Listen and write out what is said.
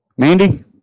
Mandy